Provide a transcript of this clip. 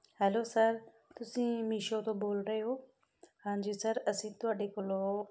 hello sir ਤੁਸੀਂ Meesho ਤੋਂ ਬੋਲ ਰਹੇ ਹੋ ਹਾਂਜੀ ਸਰ ਅਸੀਂ ਤੁਹਾਡੇ ਕੋਲੋਂ